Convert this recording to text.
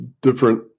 different